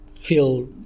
feel